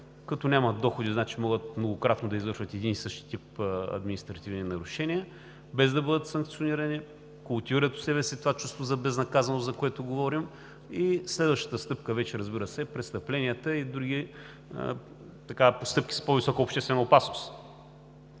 Като нямат доходи, значи могат многократно да извършват един и същи тип административни нарушения, без да бъдат санкционирани, култивират в себе си това чувство за безнаказаност, за което говорим, и следващата стъпка вече е, разбира се, престъпленията и други постъпки с по-висока обществена опасност.